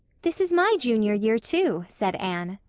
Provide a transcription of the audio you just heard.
this is my junior year, too, said anne.